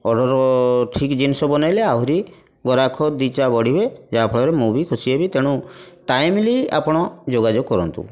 order ଠିକ୍ ଜିନିଷ ବନାଇଲେ ଆହୁରି ଗରାଖ ଦୁଇଟା ବଢ଼ିବେ ଯାହା ଫଳରେ ମୁଁ ବି ଖୁସି ହେବି ତେଣୁ ଟାଇମଲି ଆପଣ ଯୋଗାଯୋଗ କରନ୍ତୁ